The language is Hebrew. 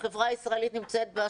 שהחברה הישראלית נמצאת בה,